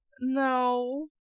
no